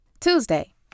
Tuesday